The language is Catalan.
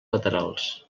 laterals